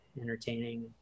entertaining